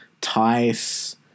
Tice